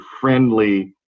friendly